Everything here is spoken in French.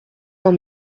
dans